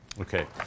Okay